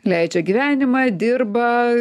leidžia gyvenimą dirba